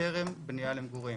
טרם בנייה למגורים.